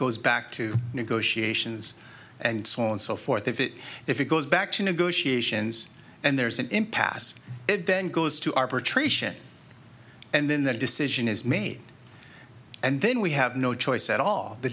goes back to negotiations and so on and so forth if it if it goes back to negotiations and there is an impasse it then goes to arbitrate and then the decision is made and then we have no choice at all the